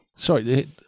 Sorry